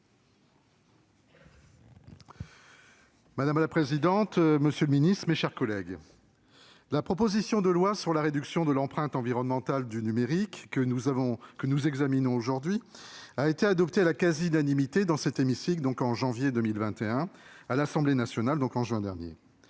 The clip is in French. Madame la présidente, monsieur le secrétaire d'État, mes chers collègues, la proposition de loi pour réduire l'empreinte environnementale du numérique que nous examinons aujourd'hui a été adoptée à la quasi-unanimité dans cet hémicycle en janvier 2021, puis à l'Assemblée nationale en juin dernier.